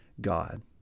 God